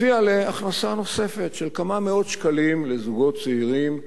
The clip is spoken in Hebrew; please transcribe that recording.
הביא להכנסה נוספת של כמה מאות שקלים לזוגות צעירים,